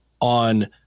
on